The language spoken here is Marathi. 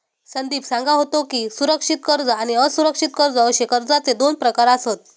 संदीप सांगा होतो की, सुरक्षित कर्ज आणि असुरक्षित कर्ज अशे कर्जाचे दोन प्रकार आसत